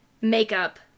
makeup